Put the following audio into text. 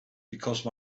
because